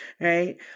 right